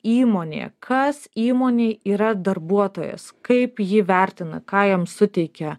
įmonėje kas įmonei yra darbuotojas kaip jį vertina ką jam suteikia